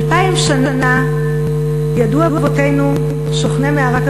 אלפיים שנה ידעו אבותינו, שוכני מערת המכפלה,